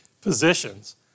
positions